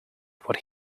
what